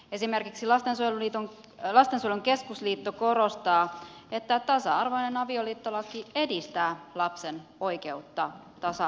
esimerkiksi lastensuojelun keskusliitto korostaa että tasa arvoinen avioliittolaki edistää lapsen oikeutta tasa arvoisuuteen